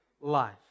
life